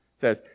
says